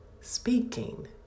speaking